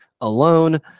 alone